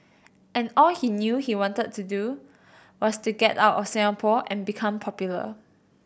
and all he knew he wanted to do was to get out of Singapore and become popular